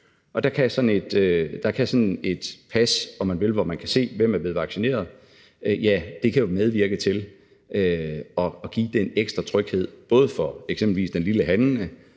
Og der kan sådan et pas, hvor man kan se, hvem der er blevet vaccineret, medvirke til at give den ekstra tryghed, både for eksempelvis den lille handlende